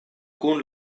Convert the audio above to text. kun